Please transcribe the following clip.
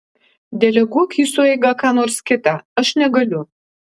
deleguok į sueigą ką nors kitą aš negaliu